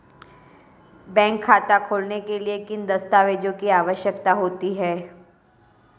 Bank खाता खोलने के लिए किन दस्तावेज़ों की आवश्यकता होती है?